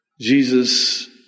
Jesus